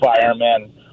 firemen